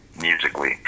musically